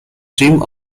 dream